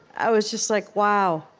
i was just like, wow,